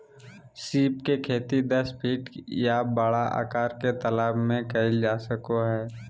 सीप के खेती दस फीट के या बड़ा आकार के तालाब में कइल जा सको हइ